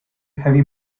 heavy